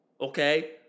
okay